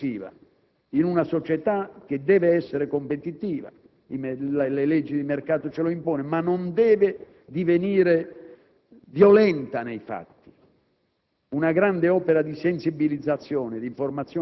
Ma la sicurezza è anche il risultato di una cultura complessiva, in una società che deve essere competitiva - le leggi di mercato ce lo impongono - ma non deve divenire violenta nei fatti.